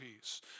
peace